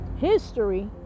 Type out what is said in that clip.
history